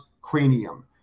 cranium